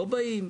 לא באים.